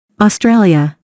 Australia